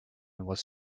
was